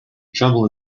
trouble